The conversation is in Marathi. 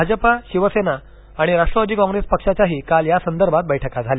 भाजपा शिवसेना आणि राष्ट्रवादी कॉंग्रेस पक्षाच्याही काल या संदर्भात बैठका झाल्या